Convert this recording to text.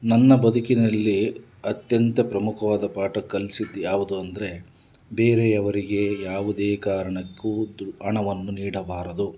ನನ್ನ ಬದುಕಿನಲ್ಲಿ ಅತ್ಯಂತ ಪ್ರಮುಖವಾದ ಪಾಠ ಕಲಿಸಿದ್ದು ಯಾವುದು ಅಂದರೆ ಬೇರೆಯವರಿಗೆ ಯಾವುದೇ ಕಾರಣಕ್ಕು ದು ಹಣವನ್ನು ನೀಡಬಾರದು